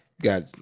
got